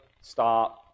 stop